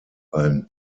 ein